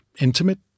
intimate